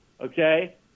okay